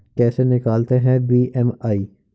कैसे निकालते हैं बी.एम.आई?